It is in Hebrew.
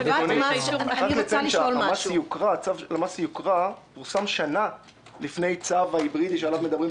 צו על מס יוקרה פורסם שנה לפני צו ההיברידי שעליו מדברים.